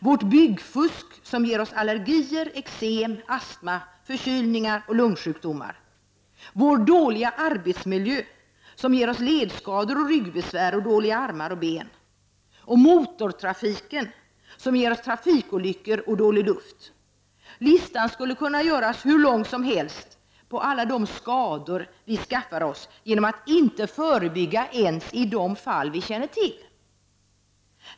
Vårt byggfusk ger oss allergier, eksem, astma, förkylningar och lungsjukdomar. Vår dåliga arbetsmiljö ger oss ledskador, ryggbesvär och dåliga armar och ben. Motortrafiken ger oss trafik olyckor och dålig luft. Listan skulle kunna göras hur lång som helst på alla de skador som vi skaffar oss genom att inte förebygga ens när det gäller de fall som vi känner till.